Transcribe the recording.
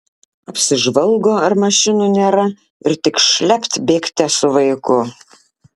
apsižvalgo ar mašinų nėra ir tik šlept bėgte su vaiku